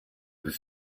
was